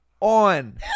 on